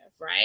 right